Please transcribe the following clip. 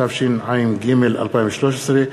התשע"ג 2013,